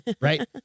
right